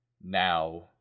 Now